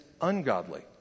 ungodly